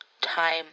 time